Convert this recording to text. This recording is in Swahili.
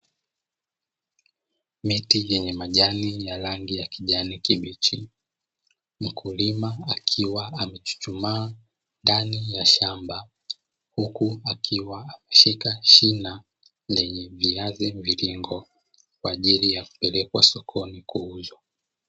Miti yenye majani ya rangi ya kijani kibichi mkulima akiwa amechuchumaa ndani ya shamba, huku akiwa ameshika shina lenye viazi mvilingo kwa ajili ya kupelekwa sokoni kuuzwa.